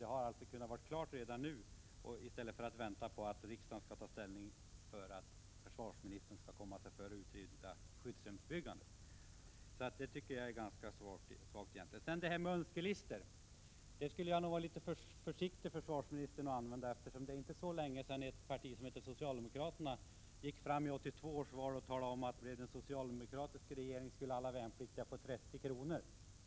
Det hela hade kunnat vara klart redan nu —i stället för att vänta på riksdagens ställningstagande, så att försvarsministern skall komma sig för att utreda skyddsrumsbyggandet. Så det tycker jag är ganska svagt. Sedan till talet om önskelistor. Jag skulle nog, försvarsministern, vilja rekommendera litet större försiktighet när det gäller önskelistor, eftersom socialdemokraterna före 1982 års val framhöll att alla värnpliktiga skulle få 30 kr. per dag, om det blev en socialdemokratisk regering.